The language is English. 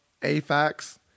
AFAX